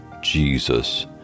Jesus